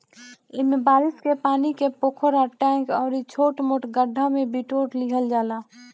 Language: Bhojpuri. एमे बारिश के पानी के पोखरा, टैंक अउरी छोट मोट गढ्ढा में बिटोर लिहल जाला